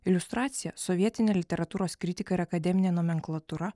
iliustracija sovietinė literatūros kritika ir akademinė nomenklatūra